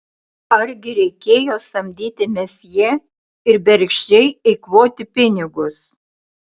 argi reikėjo samdyti mesjė ir bergždžiai eikvoti pinigus